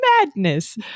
madness